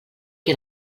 que